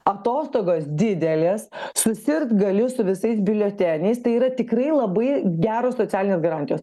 atostogos didelės susirgt gali su visais biuleteniais tai yra tikrai labai geros socialinės garantijos